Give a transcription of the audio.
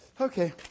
Okay